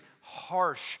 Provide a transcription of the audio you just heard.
harsh